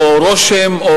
או נוצר רושם,